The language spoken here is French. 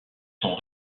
sont